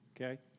okay